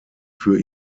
für